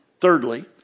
Thirdly